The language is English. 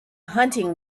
hunting